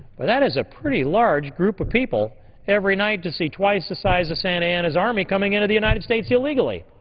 but that is a pretty large group of people every night to see twice the size of santa ana's army coming into the united states illegally.